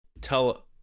tell